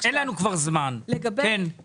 לגבי